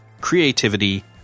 creativity